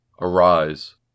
Arise